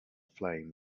flame